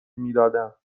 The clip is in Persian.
میدادم